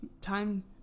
time